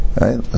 right